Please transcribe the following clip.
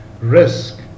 risk